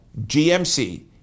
GMC